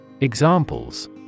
Examples